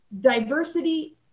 diversity